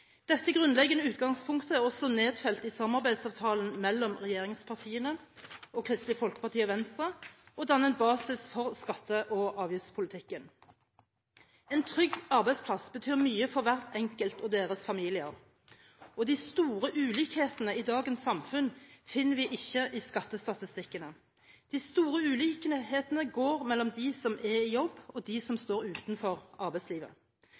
Dette grunnleggende utgangspunktet er også nedfelt i samarbeidsavtalen mellom regjeringspartiene, Kristelig Folkeparti og Venstre og danner en basis for skatte- og avgiftspolitikken. En trygg arbeidsplass betyr mye for hver enkelt og deres familier. Og de store ulikhetene i dagens samfunn finner vi ikke i skattestatistikkene. De store ulikhetene går mellom dem som er i jobb, og dem som står utenfor arbeidslivet.